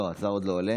לא, השר עוד לא עולה.